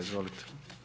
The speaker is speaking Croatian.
Izvolite.